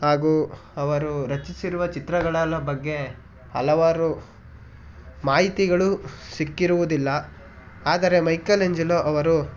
ಹಾಗೂ ಅವರು ರಚಿಸಿರುವ ಚಿತ್ರಗಳ ಬಗ್ಗೆ ಹಲವಾರು ಮಾಹಿತಿಗಳು ಸಿಕ್ಕಿರುವುದಿಲ್ಲ ಆದರೆ ಮೈಕಲೆಂಜಲೊ ಅವರು